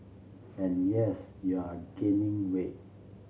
and yes you're gaining weight